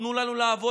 תנו לנו לעבוד,